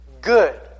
good